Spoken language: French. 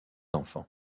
enfants